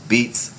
Beats